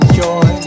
joy